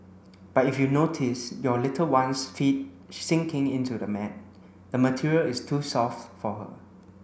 but if you notice your little one's feet sinking into the mat the material is too soft for her